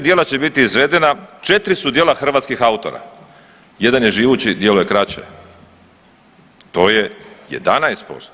34 djela će biti izvedena, 4 su djela hrvatskih autora, jedan je živući djelo je kraće to je 11%